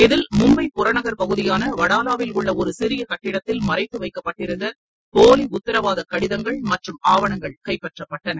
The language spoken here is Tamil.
இதில் மும்பை புறநகர் பகுதியான வடாவாவில் உள்ள ஒரு சிறிய கட்டடத்தில் மறைத்து வைக்கப்பட்டிருந்த போலி உத்திரவாதக் கடிதங்கள் மற்றும் ஆவணங்கள் கைப்பற்றப்பட்டன